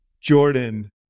Jordan